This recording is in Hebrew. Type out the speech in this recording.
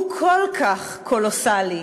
הוא כל כך קולוסלי,